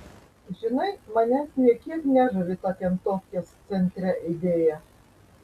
žinai manęs nė kiek nežavi ta kentofkės centre idėja